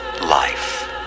life